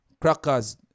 Crackers